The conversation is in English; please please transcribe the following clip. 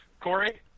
Corey